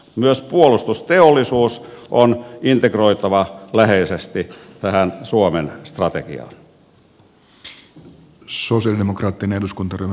myös puolustusteollisuus on integroitava läheisesti tähän suomen strategiaan